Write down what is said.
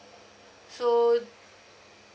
so